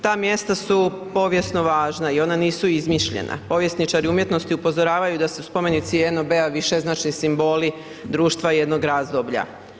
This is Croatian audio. Ta mjesta su povijesno važna i ona nisu izmišljena, povjesničari umjetnosti upozoravaju da su spomenici NOB-a višeznačni simboli društva jednog razdoblja.